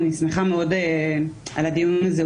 אני שמחה מאוד על הדיון הזה.